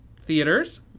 theaters